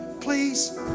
Please